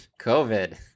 COVID